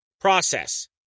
process